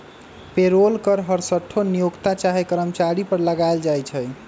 payroll कर हरसठ्ठो नियोक्ता चाहे कर्मचारी पर लगायल जाइ छइ